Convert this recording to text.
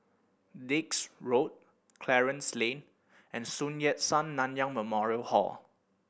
Dix Road Clarence Lane and Sun Yat Sen Nanyang Memorial Hall